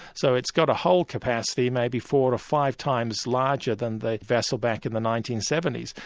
so it's got a hull capacity maybe four to five times larger than the vessel back in the nineteen seventy s.